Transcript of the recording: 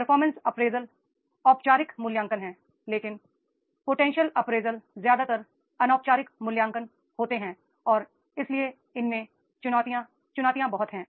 performance appraisal औपचारिक मूल्यांकन है लेकिन पोटेंशियल अप्रेजल ज्यादातर अनौपचारिक मूल्यांकन होता है और इसलिए इसमें चुनौतियां चुनौतियां बहुत हैं